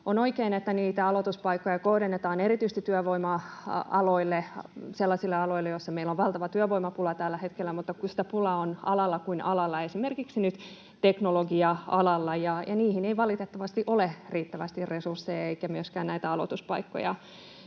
On oikein, että niitä aloituspaikkoja kohdennetaan erityisesti sellaisille aloille, joilla meillä on valtava työvoimapula tällä hetkellä, mutta sitä pulaa on alalla kuin alalla, esimerkiksi nyt teknologia-alalla, ja niihin ei valitettavasti ole riittävästi resursseja eikä myöskään aloituspaikkoja.